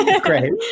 great